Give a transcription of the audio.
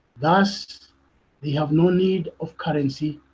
thus they have no need of currency,